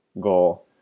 goal